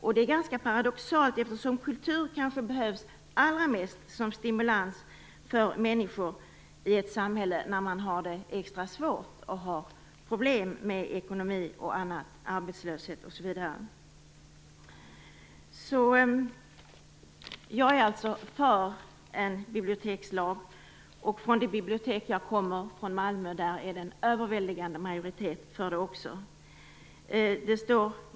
Detta är ganska paradoxalt, eftersom kulturen kanske behövs allra mest som en stimulans för människor i ett samhälle där man har det extra svårt med ekonomiska problem, arbetslöshet osv. Jag är alltså för en bibliotekslag. Vid det bibliotek som jag kommer från, i Malmö, är det också en överväldigande majoritet för en sådan lag.